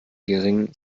geringen